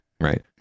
Right